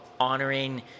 honoring